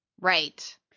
Right